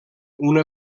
una